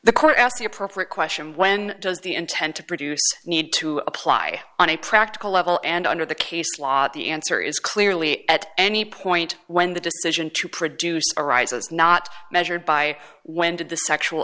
the appropriate question when does the intent to produce need to apply on a practical level and under the case law the answer is clearly at any point when the decision to produce arises not measured by when did the sexual